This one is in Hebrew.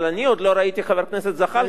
אבל אני עוד לא ראיתי את חבר הכנסת זחאלקה